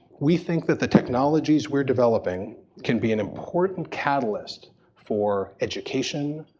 we think that the technologies we're developing can be an important catalyst for education,